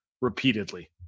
repeatedly